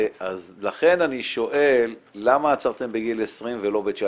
לכן אני שואל למה עצרתם בגיל 20 ולא ב-19?